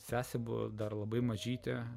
sesė buvo dar labai mažytė